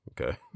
Okay